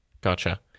gotcha